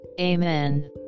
Amen